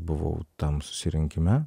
buvau tam susirinkime